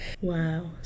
Wow